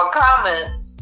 comments